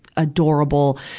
adorable,